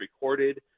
recorded